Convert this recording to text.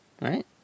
right